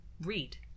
read